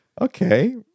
okay